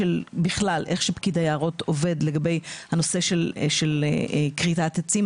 איך שפקיד היערות עובד לגבי הנושא של כריתת עצים,